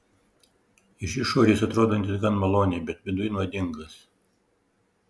iš išorės atrodantis gan maloniai bet viduj nuodingas